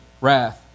wrath